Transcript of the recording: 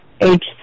age